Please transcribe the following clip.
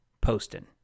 Poston